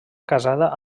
casada